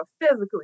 physically